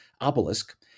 obelisk